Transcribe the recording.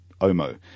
Omo